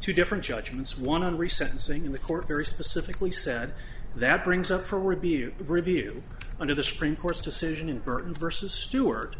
two different judgments one recent saying the court very specifically said that brings up for review review under the supreme court's decision in burton versus stewart